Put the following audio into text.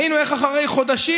22 בעד,